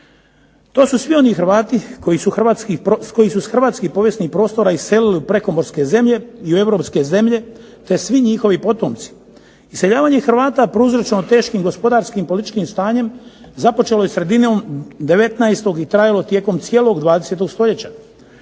To su svi oni Hrvati koji su s hrvatskih povijesnih prostora iselili u prekomorske zemlje i u europske zemlje, te svi njihovi potomci. Iseljavanje HRvata prouzročeno teškim gospodarskim, političkim stanjem započelo je sredinom 19. i trajalo tijekom cijelog 20. stoljeća.